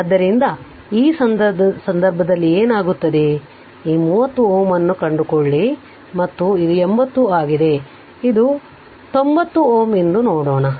ಆದ್ದರಿಂದ ಈ ಸಂದರ್ಭದಲ್ಲಿ ಏನಾಗುತ್ತದೆ ಈ 30 Ω ಅನ್ನು ಕಂಡುಕೊಳ್ಳಿ ಮತ್ತು ಇದು 80 ಆಗಿದೆ ಇದು 90 Ω ಎಂದು ನೋಡೋಣ